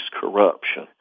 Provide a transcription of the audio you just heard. corruption